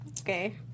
okay